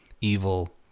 evil